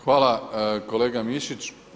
Hvala kolega Mišić.